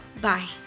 Bye